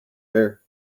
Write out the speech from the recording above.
air